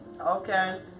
Okay